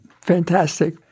Fantastic